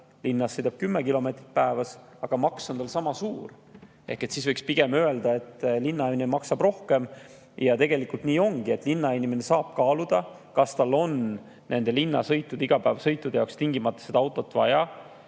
linnas sõidab 10 kilomeetrit päevas, aga maks on sama suur. Võiks pigem öelda, et linnainimene maksab rohkem, ja tegelikult nii ongi, et linnainimene saab kaaluda, kas tal on linnasõitude, igapäevasõitude jaoks tingimata autot vaja.